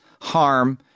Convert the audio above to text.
harm